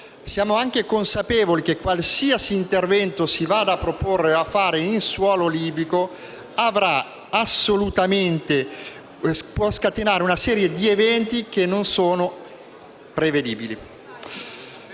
Siamo anche consapevoli che qualsiasi intervento si vada a proporre o a fare in suolo libico può scatenare una serie di eventi che non sono prevedibili.